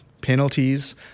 penalties